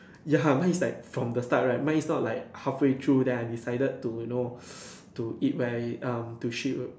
ya mine is like from the start right mine is not like half way through then I decided to you know to eat whe~ um to shit